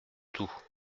tout